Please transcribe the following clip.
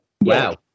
Wow